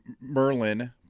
Merlin